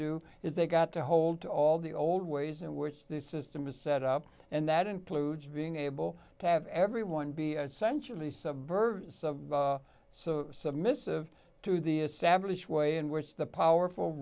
do is they got to hold all the old ways in which the system is set up and that includes being able to have everyone be centrally sub or so submissive to the establish way and worse the powerful